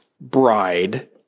bride